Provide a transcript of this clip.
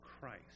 Christ